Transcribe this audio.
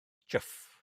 chyff